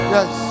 Yes